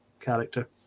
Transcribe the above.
character